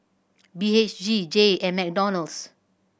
B H G Jay and McDonald's